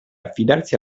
affidarsi